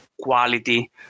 quality